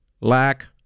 lack